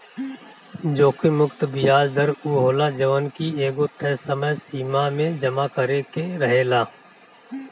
जोखिम मुक्त बियाज दर उ होला जवन की एगो तय समय सीमा में जमा करे के रहेला